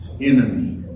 enemy